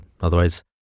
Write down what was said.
Otherwise